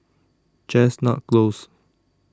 Chestnut Close